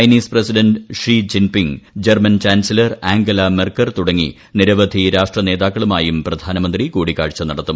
Chinese president Xi Jinping German chancellor Angela Merkel തുടങ്ങി നിരവധി രാഷ്ട്ര നേതാക്കളുമായും പ്രധാനമന്ത്രി കൂടിക്കാഴ്ച നടത്തും